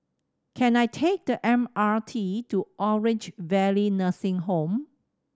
can I take the M R T to Orange Valley Nursing Home